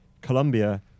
Colombia